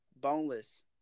boneless